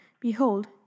Behold